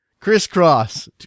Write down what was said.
crisscross